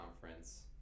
Conference